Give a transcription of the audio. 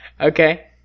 Okay